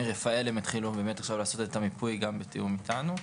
מרפאל הם התחילו לעשות את המיפוי גם בתיאום איתנו.